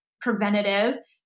preventative